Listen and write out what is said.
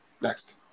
next